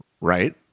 right